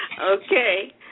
Okay